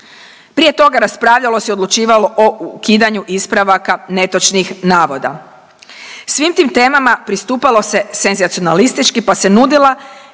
Prije toga raspravljalo se i odlučivalo o ukidanju ispravaka netočnih navoda. Svim tim temama pristupalo se senzacionalistički pa se nudila